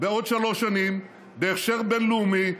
בעוד שלוש שנים בהכשר בין-לאומי,